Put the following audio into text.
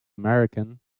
american